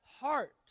heart